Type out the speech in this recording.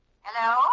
Hello